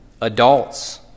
adults